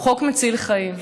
הוא חוק מציל חיים.